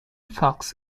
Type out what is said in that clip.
fox